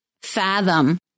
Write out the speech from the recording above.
fathom